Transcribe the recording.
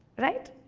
right?